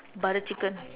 butter chicken